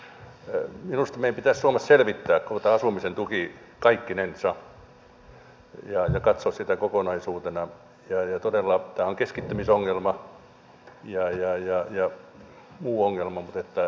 minusta meidän pitäisi suomessa selvittää koko tämä asumisen tuki kaikkinensa ja katsoa sitä kokonaisuutena ja todella tämä on keskittymisongelma ja muu ongelma